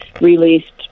released